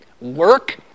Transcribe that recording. Work